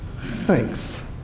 thanks